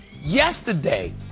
yesterday